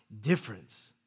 difference